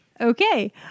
Okay